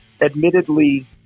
admittedly